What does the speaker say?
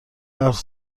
حرف